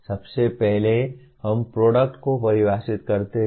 सबसे पहले हम प्रोडक्ट को परिभाषित करते हैं